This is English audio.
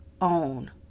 own